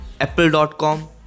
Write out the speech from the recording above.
apple.com